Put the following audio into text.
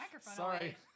Sorry